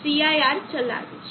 cir ચલાવીશ